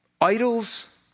Idols